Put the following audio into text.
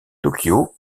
tokyo